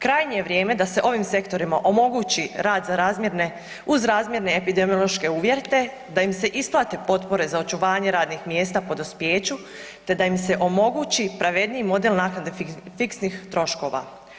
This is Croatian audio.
Krajnje je vrijeme da se ovim sektorima omogući rad za razmjerne, uz razmjerne epidemiološke uvjete, da im se isplate potpore za očuvanje radnih mjesta po dospijeću te da im se omogući pravedniji model naknade fiksnih troškova.